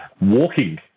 Walking